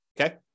okay